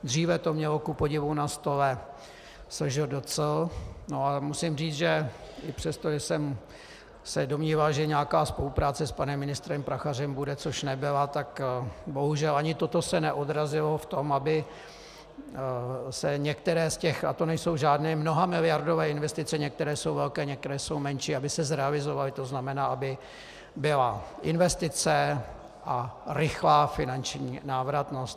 Dříve to mělo kupodivu na stole SŽDC, ale musím říct, že i přestože jsem se domníval, že nějaká spolupráce s panem ministrem Prachařem bude, což nebyla, tak bohužel ani toto se neodrazilo v tom, aby se některé z těch a to nejsou žádné mnohamiliardové investice, některé jsou velké, některé jsou menší, aby se zrealizovaly, to znamená, aby byla investice a rychlá finanční návratnost.